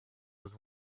was